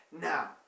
now